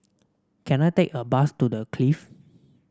can I take a bus to The Clift